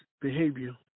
behavior